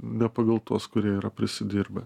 ne pagal tuos kurie yra prisidirbę